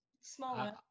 Smaller